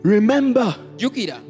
Remember